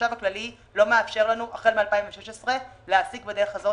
החשב הכללי לא מאפשר לנו החל מ-2016 להעסיק כך,